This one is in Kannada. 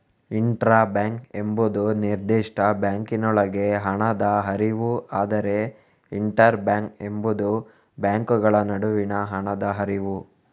ಇಂಟ್ರಾ ಬ್ಯಾಂಕ್ ಎಂಬುದು ನಿರ್ದಿಷ್ಟ ಬ್ಯಾಂಕಿನೊಳಗೆ ಹಣದ ಹರಿವು, ಆದರೆ ಇಂಟರ್ ಬ್ಯಾಂಕ್ ಎಂಬುದು ಬ್ಯಾಂಕುಗಳ ನಡುವಿನ ಹಣದ ಹರಿವು